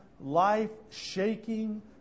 life-shaking